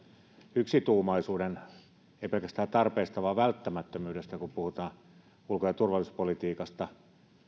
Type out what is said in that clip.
yksituumaisuuden ei pelkästään tarpeesta vaan välttämättömyydestä kun puhutaan ulko ja turvallisuuspolitiikasta